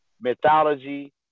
mythology